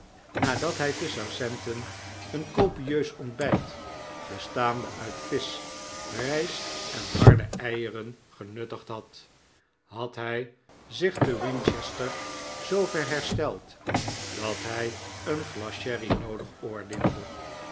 nadat hij te southampton een copieus ontbijt bestaande uit visch rijst en harde eieren genuttigd had had hij zich te winchester zoover hersteld dat hij een glas sherry noodig oordeelde